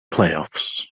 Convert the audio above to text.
playoffs